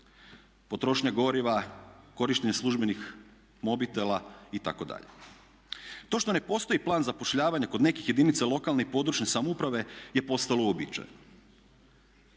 potrošnja goriva, korištenje službenih mobitela itd. To što ne postoji plan zapošljavanja kod nekih jedinica lokalne i područne samouprave je postalo uobičajeno.